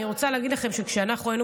אני רוצה להגיד לכם שכשאנחנו היינו